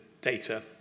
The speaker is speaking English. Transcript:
data